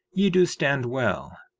ye do stand well,